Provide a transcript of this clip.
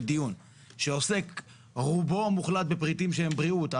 לדיון שעוסק רובו המוחלט בפריטים שהם בריאות,